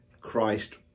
christ